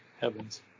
heaven's